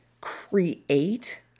create